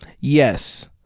Yes